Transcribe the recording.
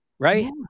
Right